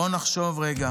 בואו נחשוב רגע,